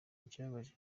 ikibabaje